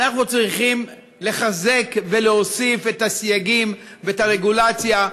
אנחנו צריכים לחזק ולהוסיף את הסייגים ואת הרגולציה,